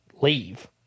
leave